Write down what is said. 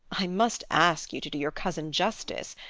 i must ask you to do your cousin justice.